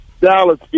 Dallas